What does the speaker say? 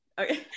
Okay